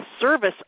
service